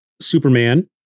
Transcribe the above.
Superman